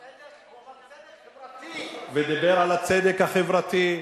הוא אמר: צדק חברתי.